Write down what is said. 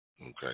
Okay